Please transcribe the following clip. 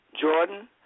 Jordan